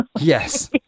Yes